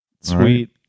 Sweet